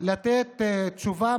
לתת תשובה,